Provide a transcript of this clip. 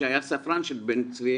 שהוא היה ספרן של בן צבי